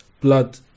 blood